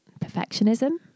Perfectionism